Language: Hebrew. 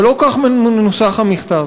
אבל לא כך מנוסח המכתב.